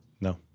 No